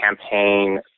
campaign